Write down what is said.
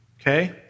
Okay